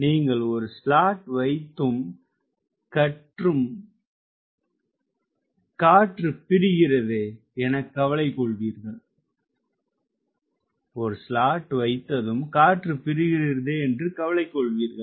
நீங்கள் ஒரு ஸ்லாட் வைத்தும் கற்று ப்ரிகிறதே என கவலைக்கொள்வீர்கள்